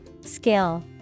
Skill